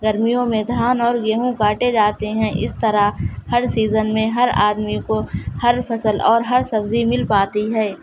گرمیوں میں دھان اور گیہوں کاٹے جاتے ہیں اس طرح ہر سیزن میں ہر آدمی کو ہر فصل اور ہر سبزی مل پاتی ہے